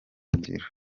ngiro